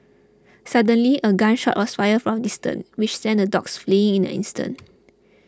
suddenly a gun shot was fired from distance which sent the dogs fleeing in an instant